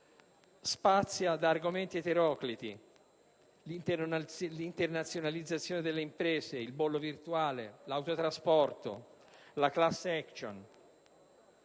contiene argomenti eterocliti: l'internazionalizzazione delle imprese, il bollo virtuale, l'autotrasporto, la *class action*.